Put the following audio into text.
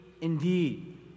indeed